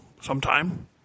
sometime